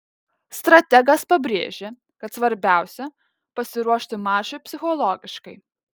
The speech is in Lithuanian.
strategas pabrėžė kad svarbiausia pasiruošti mačui psichologiškai